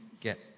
get